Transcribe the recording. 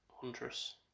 huntress